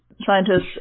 scientists